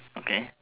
okay